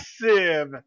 massive